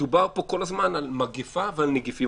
מדובר פה כל הזמן על מגפה ועל נגיפים.